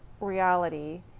reality